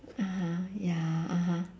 (uh huh) ya (uh huh)